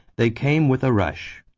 they came with a rush.